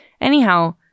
Anyhow